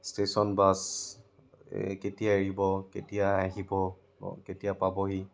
station bus এই কেতিয়া এৰিব কেতিয়া আহিব কেতিয়া পাবহি